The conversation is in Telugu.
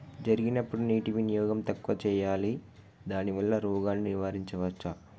జరిగినప్పుడు నీటి వినియోగం తక్కువ చేయాలి దానివల్ల రోగాన్ని నివారించవచ్చా?